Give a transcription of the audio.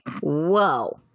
Whoa